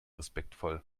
respektvoll